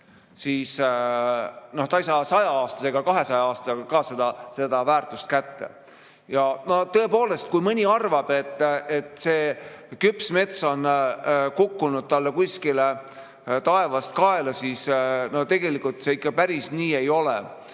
aastaga ega 200 aastaga ka seda väärtust kätte. Tõepoolest, kui mõni arvab, et see küps mets on kukkunud talle kuskilt taevast kaela, siis tegelikult see ikka päris nii ei ole.